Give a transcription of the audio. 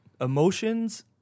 Emotions